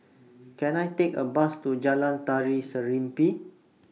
Can I Take A Bus to Jalan Tari Serimpi